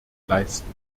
leisten